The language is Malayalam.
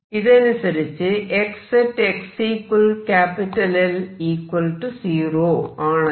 ഇതനുസരിച്ച് Xx L 0 ആണല്ലോ